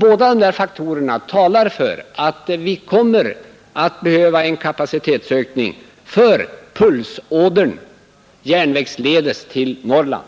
Båda dessa faktorer talar för att vi kommer att behöva en kapacitetsökning för järnvägspulsådern till Norrland.